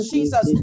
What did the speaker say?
Jesus